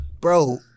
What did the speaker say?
Bro